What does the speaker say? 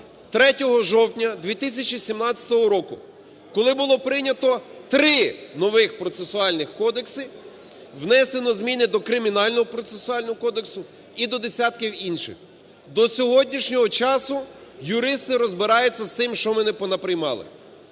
3 жовтня 2017 року, коли було прийнято три нових процесуальних кодекси, внесено зміни до Кримінально-процесуального кодексу і до десятків інших. До сьогоднішнього часу юристи розбираються з тим, що ми понаприймали.